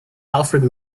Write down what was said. alfred